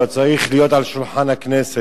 אבל הוא צריך להיות על שולחן הכנסת,